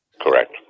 Correct